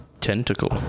Tentacle